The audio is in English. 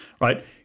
right